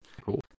Cool